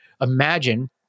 imagine